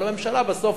אבל הממשלה בסוף